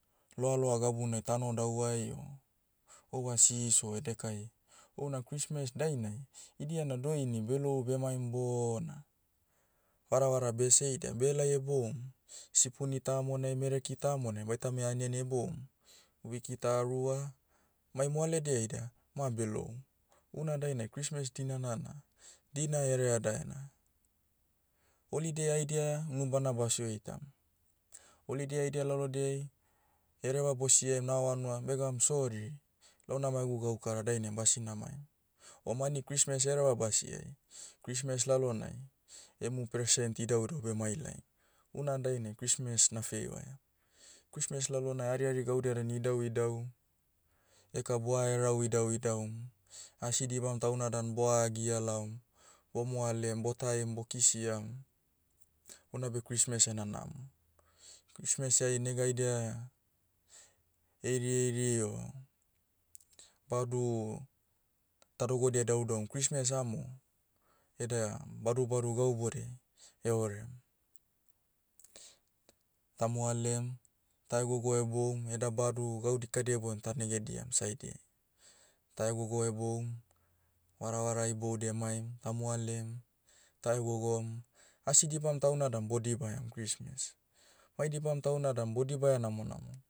Loaloa gabunai tanodauai o, overseas o edekai, houna christmas dainai, idia na doini belou bemaim bona, varavara bese ida behelai heboum, sipuni tamonai mereki tamonai baitame aniani heboum, wiki ta rua, mai moaledia ida, ma beloum. Una dainai christmas dinana na, dina hereadaena. Holiday haidia, unubana basio itam. Holiday haidia lalodiai, hereva bosiaim nao hanua begaom sori, launa mai egu gaukara dainai basina maim. O mani christmas hereva basiai, christmas lalonai, em u present idauidau bemailaim. Una dainai christmas na feivaiam. Christmas lalonai harihari gaudia dan idauidau, eka boa herau idauidaum, asi dibam tauna dan boa hagia laom, bomoalem botaim bokisiam, houna beh christmas ena namo. Christmas ai nega haidia, heirieiri o, badu o, tadogodia daudaum christmas amo, eda badubadu gau bodea, eorem. Ta moalem, ta hegogo heboum, eda badu gau dikadia ibon ta negediam, saidiai. Ta hegogo heboum, varavara iboudi emaim ta moalem, ta hegogom, asi dibam tauna dan bodibaiam christmas. Mai dibam tauna dan bodibaia namonamom.